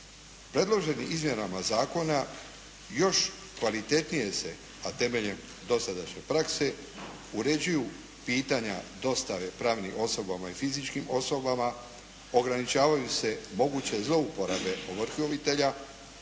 Predloženim izmjenama zakona još kvalitetnije se, a temeljem dosadašnje prakse uređuju pitanja dostave pravnim osobama i fizičkim osobama. Ograničavaju se moguće zlouporabe ovrhovoditelja,